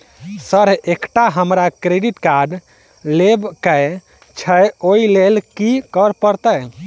Sir एकटा हमरा credit card लेबकै छैय ओई लैल की करऽ परतै?